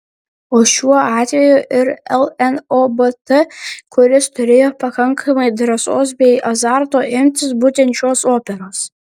o šiuo atveju ir lnobt kuris turėjo pakankamai drąsos bei azarto imtis būtent šios operos